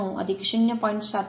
09 0